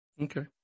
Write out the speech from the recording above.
Okay